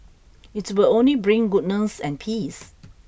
it will only bring goodness and peace